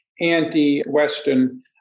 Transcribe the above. anti-Western